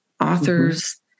authors